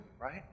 right